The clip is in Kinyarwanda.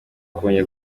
kongera